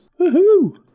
Woohoo